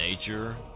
Nature